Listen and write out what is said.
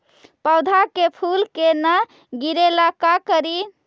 पौधा के फुल के न गिरे ला का करि?